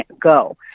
go